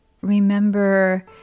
remember